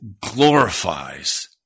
glorifies